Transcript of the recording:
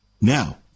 Now